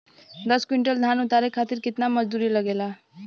दस क्विंटल धान उतारे खातिर कितना मजदूरी लगे ला?